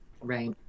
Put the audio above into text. right